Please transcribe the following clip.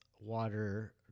water